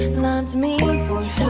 loved me like